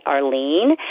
Arlene